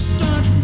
Start